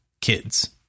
kids